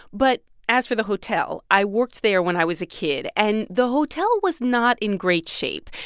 but as for the hotel i worked there when i was a kid, and the hotel was not in great shape.